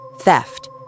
theft